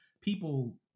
people